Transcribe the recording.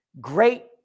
Great